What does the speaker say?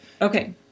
Okay